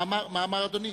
מה אמר אדוני?